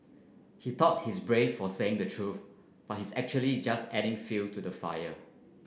he thought he's brave for saying the truth but he's actually just adding fuel to the fire